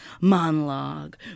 monologue